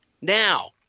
Now